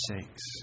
sakes